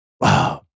wow